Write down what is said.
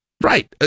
right